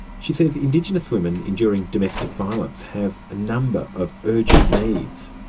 she says indigenous women enduring domestic violence have a number of urgent needs.